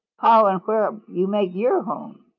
how and where you make your home.